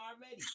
already